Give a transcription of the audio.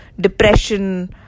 depression